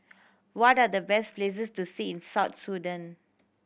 what are the best places to see in South Sudan